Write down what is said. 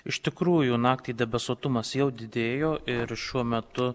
iš tikrųjų naktį debesuotumas jau didėjo ir šiuo metu